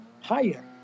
higher